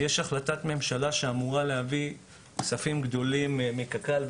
יש החלטת ממשלה שאמורה להביא כספים גדולים מקק"ל,